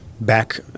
back